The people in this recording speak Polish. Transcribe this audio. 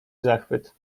zachwyt